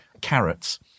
carrots